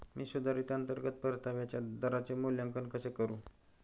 मी सुधारित अंतर्गत परताव्याच्या दराचे मूल्यांकन कसे करू?